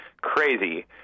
crazy